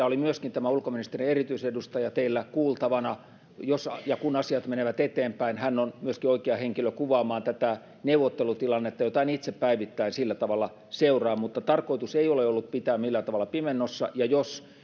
oli myöskin tämä ulkoministerin erityisedustaja kuultavana jos ja kun asiat menevät eteenpäin hän on myöskin oikea henkilö kuvaamaan tätä neuvottelutilannetta jota en itse päivittäin sillä tavalla seuraa mutta tarkoitus ei ole ollut pitää millään tavalla pimennossa ja jos